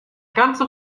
ganze